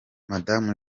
madamu